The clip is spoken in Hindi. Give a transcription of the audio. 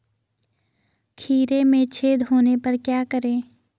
खीरे में छेद होने पर क्या करें?